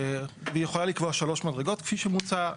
והיא יכולה לקבוע שלוש מדרגות כפי שמוצע,